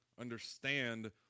understand